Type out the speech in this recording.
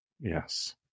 Yes